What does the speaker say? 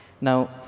Now